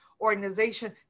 organization